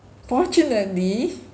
fortunately